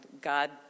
god